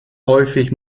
häufig